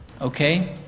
okay